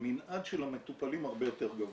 המנעד של המטופלים הרבה יותר גבוה.